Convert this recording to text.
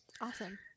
Awesome